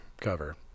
cover